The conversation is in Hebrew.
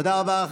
תודה רבה.